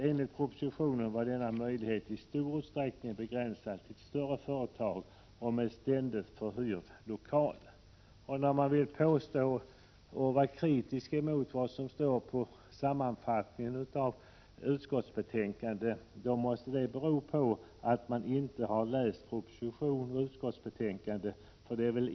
Enligt propositionen var denna möjlighet i stor utsträckning begränsad till större företag eller med ständigt förhyrd lokal. Den som är kritisk mot det som står i sammanfattningen av utskottsbetänkandet har inte läst propositionen eller betänkandet.